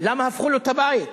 למה הפכו לו את הבית,